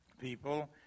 people